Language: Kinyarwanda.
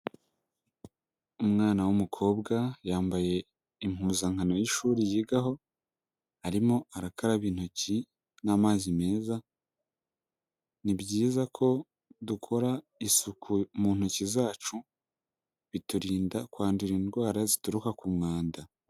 Umwana w'umukobwa yambaye impuzankano y'ishuri yigaho arimo arakaraba intoki n'amazi meza, ni byiza ko dukora isuku mu ntoki zacu biturinda kwandura indwara zituruka ku mwanda.